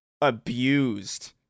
abused